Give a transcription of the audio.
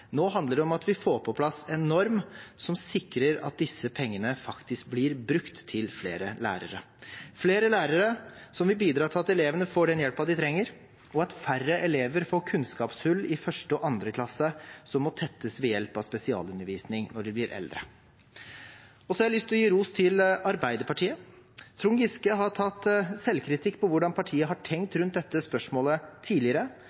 Nå handler det om at vi får på plass en norm som sikrer at disse pengene faktisk blir brukt til flere lærere – flere lærere som vil bidra til at elevene får den hjelpen de trenger, og at færre elever får kunnskapshull i 1. og 2. klasse som må tettes ved hjelp av spesialundervisning når de blir eldre. Jeg har lyst til å gi ros til Arbeiderpartiet. Representanten Trond Giske har tatt selvkritikk på hvordan partiet har tenkt rundt dette spørsmålet tidligere,